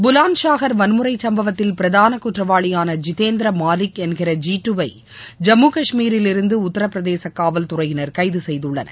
புலாந்ஷாஹர் வன்முறை சம்பவத்தில் பிரதான குற்றவாளியான இதேந்திர மாலிக் என்கிற ஜீட்டுவை ஜம்முகஷ்மீரிலிருந்து உத்திரபிரதேச காவல்துறையினர் கைது செய்துள்ளனர்